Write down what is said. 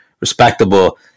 respectable